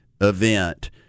event